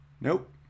Nope